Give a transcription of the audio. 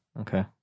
Okay